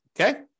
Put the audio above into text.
Okay